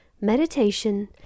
Meditation